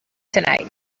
tonight